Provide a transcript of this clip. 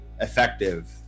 effective